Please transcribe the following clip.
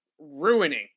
ruining